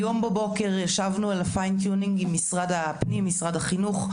היום בבוקר ישבנו על ה-Fine Tuning עם משרד הפנים ומשרד החינוך.